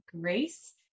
Grace